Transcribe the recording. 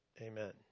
Amen